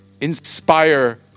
inspire